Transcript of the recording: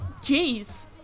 Jeez